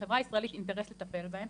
לחברה הישראלית יש אינטרס לטפל בהם.